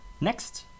next